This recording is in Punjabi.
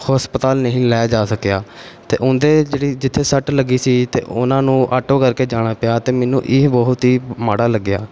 ਹਸਪਤਾਲ ਨਹੀਂ ਲੈ ਜਾ ਸਕਿਆ ਅਤੇ ਉਹਦੇ ਜਿਹੜੀ ਜਿੱਥੇ ਸੱਟ ਲੱਗੀ ਸੀ ਅਤੇ ਉਹਨਾਂ ਨੂੰ ਆਟੋ ਕਰਕੇ ਜਾਣਾ ਪਿਆ ਅਤੇ ਮੈਨੂੰ ਇਹ ਬਹੁਤ ਹੀ ਮਾੜਾ ਲੱਗਿਆ